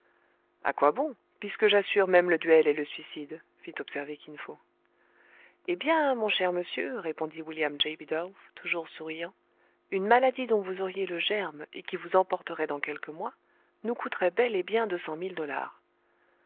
a quoi bon puisque j'assure même le duel et le suicide fit observer kin fo eh mon cher monsieur répondit william j bidulph toujours souriant une maladie dont vous auriez le germe et qui vous emporterait dans quelques mois nous coûterait bel et bien deux cent mille dollars